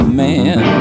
man